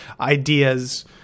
ideas